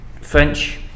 French